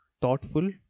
thoughtful